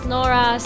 Nora